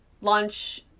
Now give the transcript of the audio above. lunch